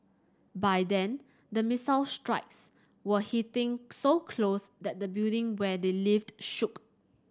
by then the missile strikes were hitting so close that the building where they lived shook